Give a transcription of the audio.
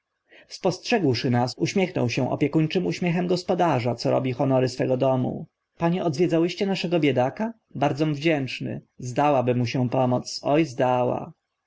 spostrzegłszy nas uśmiechnął się opiekuńczym uśmiechem gospodarza co robi honory swego domu panie odwiedzałyście naszego biedaka bardzom wdzięczny zdałaby mu się pomoc o zdała